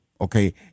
Okay